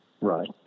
Right